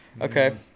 Okay